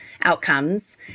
outcomes